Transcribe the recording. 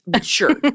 Sure